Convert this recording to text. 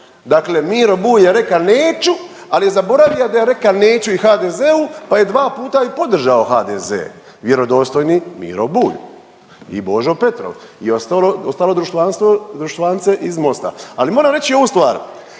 Dakle, Miro Bulj je reka neču, al je zaboravio da je reka neću i HDZ-u pa je dva puta i podržao HDZ, vjerodostojni Miro Bulj i Božo Petrov i ostalo društvance iz Mosta. Ali moram reći ovu stvar,